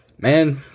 Man